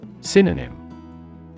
Synonym